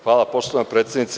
Hvala poštovana predsednice.